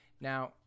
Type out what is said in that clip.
Now